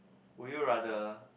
would you rather